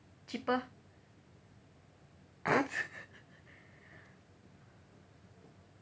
cheaper